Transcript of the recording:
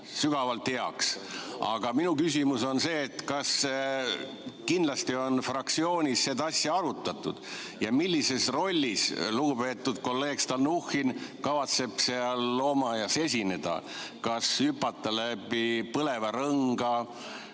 sügavalt heaks. Aga minu küsimus on see – kindlasti on fraktsioonis seda asja arutatud –, millises rollis lugupeetud kolleeg Stalnuhhin kavatseb seal loomaaias esineda. Kas ta plaanib hüpata läbi põleva rõnga